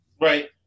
Right